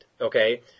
okay